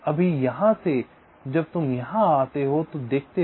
अभी यहाँ से जब तुम यहाँ आते हो तो देखते हो